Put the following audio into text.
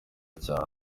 cyane